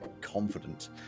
confident